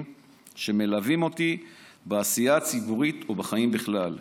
שמלווים אותי בעשייה הציבורית ובחיים בכלל.